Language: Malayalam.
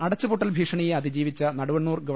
അടച്ചു പൂട്ടൽ ഭീഷണിയെ അതിജീവിച്ച നടുവണ്ണൂർ ഗവ